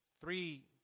Three